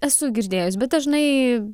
esu girdėjus bet dažnai